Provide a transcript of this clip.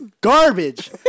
garbage